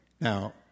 Now